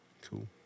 cool